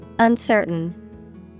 Uncertain